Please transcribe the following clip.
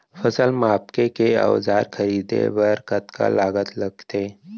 फसल मापके के औज़ार खरीदे बर कतका लागत लगथे?